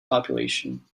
population